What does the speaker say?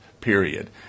period